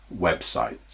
websites